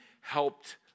helped